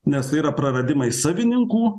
nes yra praradimai savininkų